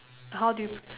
how do you